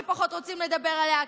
שפחות רוצים לדבר עליה,